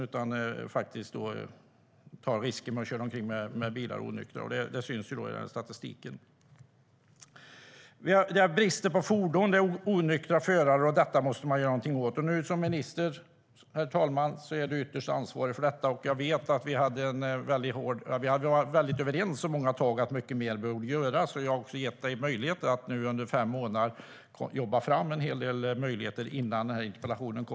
Det syns i statistiken. Vi har brister angående fordon med onyktra förare, och det måste man göra någonting åt. Ministern är ytterst ansvarig för detta, herr talman. Vi har varit väldigt överens om att mycket mer behöver göras. Innan jag ställde interpellationen hade jag också gett ministern möjlighet att under fem månader jobba fram en hel del möjligheter.